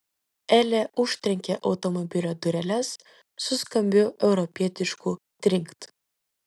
elė užtrenkė automobilio dureles su skambiu europietišku trinkt